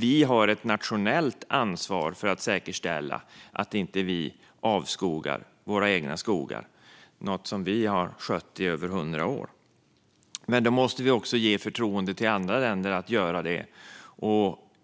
Vi har ett nationellt ansvar att säkerställa att vi inte avskogar våra egna skogar - något vi har skött i över hundra år - och då måste vi också ge andra länder förtroendet att sköta det.